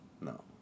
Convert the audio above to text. No